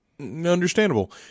Understandable